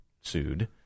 sued